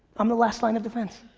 i'm the last line of defense.